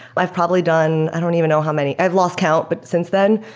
i've probably done i don't even know how many. i've lost count but since then,